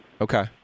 Okay